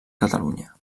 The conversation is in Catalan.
catalunya